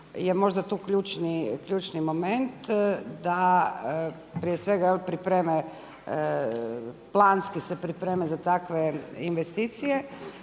je možda tu ključni moment da prije svega jel pripreme, planski se pripreme za takve investicije